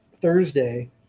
Thursday